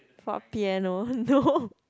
for piano no